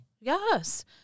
yes